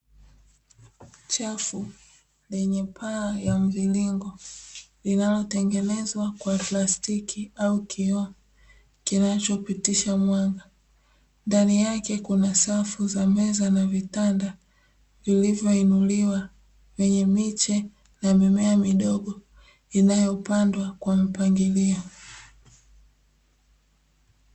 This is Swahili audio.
Chafu lenye paa ya mviringo linalotengenezwa kwa plastiki au kioo kinachopitisha mwanga, ndani yake kuna safu za meza na vitanda vilivyoinuliwa vyenye miche ya mimea midogo inayopandwa kwa mpangilio.